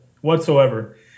whatsoever